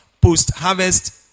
Post-harvest